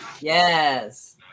Yes